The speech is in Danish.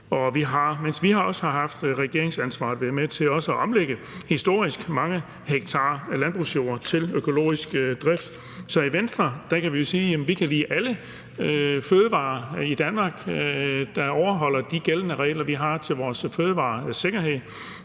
vi også været med til at omlægge historisk mange hektar landbrugsjord til økologisk drift. Så i Venstre kan vi sige, at vi kan lide alle fødevarer i Danmark, der overholder de gældende regler, vi har til vores fødevaresikkerhed